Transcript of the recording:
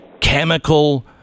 chemical